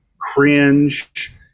cringe